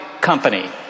company